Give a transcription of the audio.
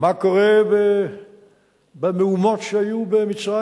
מה קורה במהומות שהיו במצרים.